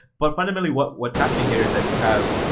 but fundamentally, what's what's happening here is that you have,